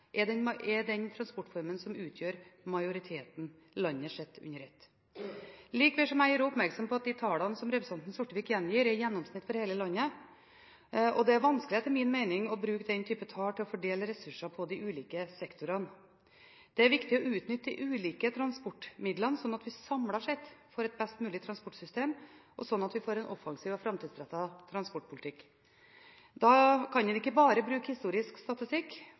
transportformen som utgjør majoriteten, landet sett under ett. Likevel må jeg gjøre oppmerksom på at de tallene som representanten Sortevik gjengir, er et gjennomsnitt for hele landet. Det er etter min mening vanskelig å bruke slike tall for å fordele ressurser på de ulike sektorene. Det er viktig å utnytte de ulike transportmidlene, slik at vi samlet sett får et best mulig transportsystem, og slik får en offensiv og framtidsrettet transportpolitikk. Da kan vi ikke bruke historisk statistikk